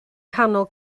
nghanol